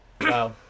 wow